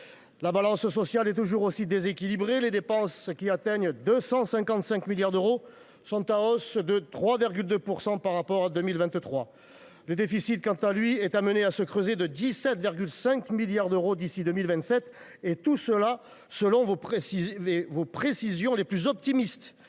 La balance sociale est toujours aussi déséquilibrée. Les dépenses, qui atteignent 255 milliards d’euros, sont en hausse de 3,2 % par rapport à 2023 ; le déficit, quant à lui, est amené à se creuser à 17,5 milliards d’euros d’ici à 2027, selon vos prévisions les plus optimistes.